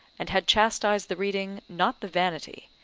and had chastised the reading, not the vanity,